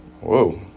Whoa